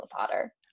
Potter